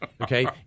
Okay